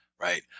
right